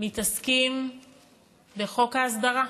מתעסקים בחוק ההסדרה,